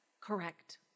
Correct